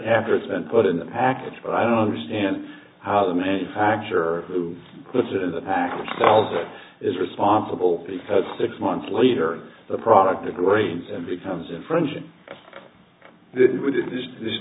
after it's been put in the package but i don't understand how the manufacturer who puts it in the package also is responsible because six months later the product degrades and becomes infring